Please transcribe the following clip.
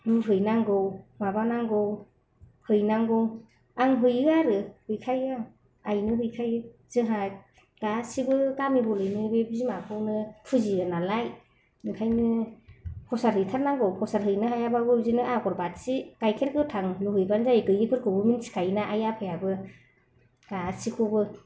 लुहैनांगौ माबानांगौ हैनांगौ आं हैयो आरो हैखायो आं आइनो हैखायो जोंहा गासिबो गामिबलैनो बे बिमाखौनो फुजियो नालाय ओंखायनो फ्रसाद हैथारनांगौ फ्रसाद हैनो हायाब्लाबो बिदिनो अगरबाथि गायखेर गोथां लुहैबानो जायो गैयिफोरखौबो मिन्थिखायोना आइ आफायाबो गासिखौबो